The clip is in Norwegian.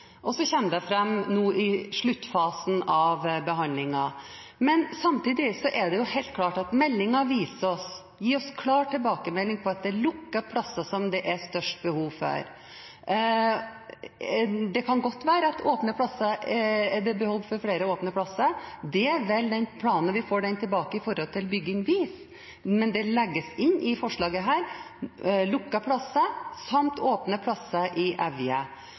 og så kommer det fram nå, i sluttfasen av behandlingen. Men samtidig er det jo helt klart at meldingen gir oss klar tilbakemelding på at det er lukkede plasser det er størst behov for. Det kan godt være at det er behov for flere åpne plasser. Det vil den planen i forhold til bygging vise, når vi får den tilbake, men det legges inn i forslaget her: Lukkede plasser, samt åpne plasser i Evje.